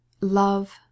Love